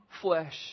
flesh